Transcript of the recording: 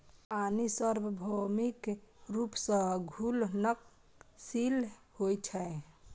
पानि सार्वभौमिक रूप सं घुलनशील होइ छै